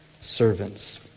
servants